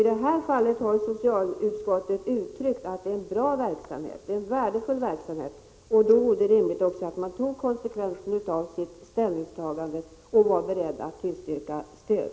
I detta fall har socialutskottet uttryckt att det är en bra och värdefull verksamhet, och det vore därför rimligt att utskottet tog konsekvensen av sitt ställningstagande och var beredd att tillstyrka stöd.